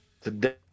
Today